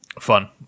Fun